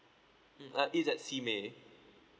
mm uh it's actually may